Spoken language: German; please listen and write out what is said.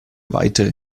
weiter